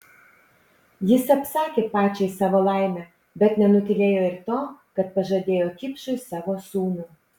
jis apsakė pačiai savo laimę bet nenutylėjo ir to kad pažadėjo kipšui savo sūnų